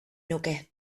nuke